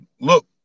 look